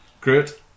Groot